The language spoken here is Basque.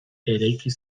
eraiki